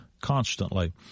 constantly